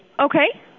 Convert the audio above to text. okay